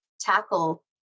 tackle